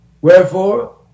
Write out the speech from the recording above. Wherefore